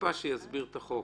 טיפה שיסביר את החוק.